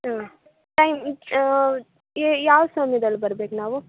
ಹಾಂ ಟೈಮ್ ಯಾವ ಸಮಯ್ದಲ್ಲಿ ಬರ್ಬೇಕು ನಾವು